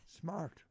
Smart